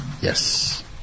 Yes